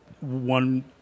one